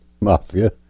mafia